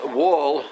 wall